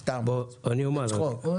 סתם, בצחוק.